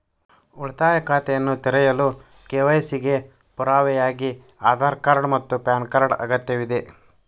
ಉಳಿತಾಯ ಖಾತೆಯನ್ನು ತೆರೆಯಲು ಕೆ.ವೈ.ಸಿ ಗೆ ಪುರಾವೆಯಾಗಿ ಆಧಾರ್ ಮತ್ತು ಪ್ಯಾನ್ ಕಾರ್ಡ್ ಅಗತ್ಯವಿದೆ